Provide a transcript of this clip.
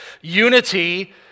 unity